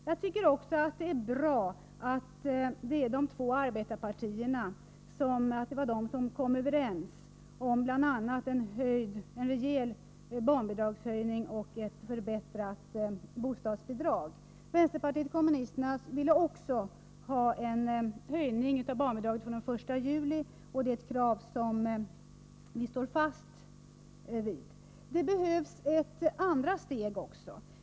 Jag tycker också att det är bra att det var de två arbetarpartierna som kom Nr 130 överens om bl.a. en rejäl barnbidragshöjning och ett förbättrat bostadsbi Torsdagen den drag. Vänsterpartiet kommunisterna ville också ha en höjning av barnbidra 26 april 1984 get från den 1 juli, och det är ett krav som vi står fast vid. Det behövs ett andra steg också.